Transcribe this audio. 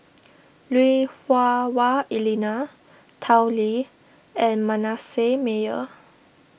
Lui Hah Wah Elena Tao Li and Manasseh Meyer